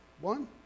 One